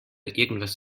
irgendwas